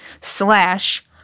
slash